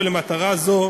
ולמטרה זו